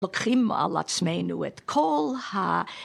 לוקחים על עצמנו את כל ה...